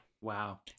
Wow